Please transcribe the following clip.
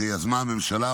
שיזמה הממשלה,